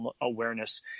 awareness